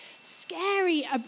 scary